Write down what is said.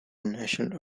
national